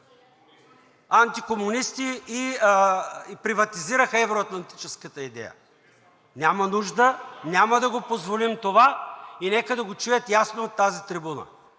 антикомунисти и приватизираха евро-атлантическата идея. Няма нужда! Няма да позволим това и нека да го чуят ясно от тази трибуна